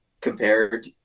compared